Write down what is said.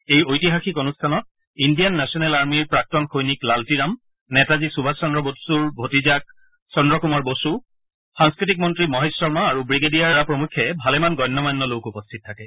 এই ঐতিহাসিক অনুষ্ঠানত ইণ্ডিয়ান নেচনেল আৰ্মীৰ প্ৰাক্তন সৈনিক লালটিৰাম নেতাজী সুভাষ চন্দ্ৰ বসুৰ ভতিজা চন্দ্ৰ কুমাৰ বসু সাংস্কৃতিক মন্ত্ৰী মহেশ শৰ্মা আৰু ৱিগেডিয়াৰ আৰ এছ সিক্বাৰা প্ৰমুখ্যে ভালেমান গণ্যমান্য লোক উপস্থিত থাকে